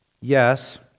yes